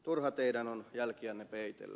turha teidän on jälkiänne peitellä